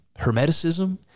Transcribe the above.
Hermeticism